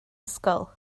ysgol